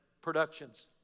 productions